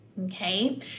Okay